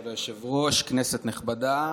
כבוד היושב-ראש, כנסת נכבדה,